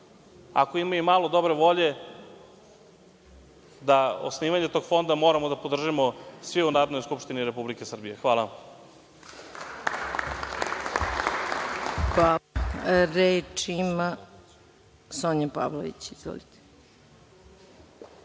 ako ima malo dobre volje da osnivanje tog fonda moramo da podržimo svi u Narodnoj skupštini Republike Srbije. Hvala